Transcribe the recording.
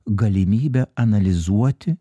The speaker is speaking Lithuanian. galimybę analizuoti